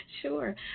Sure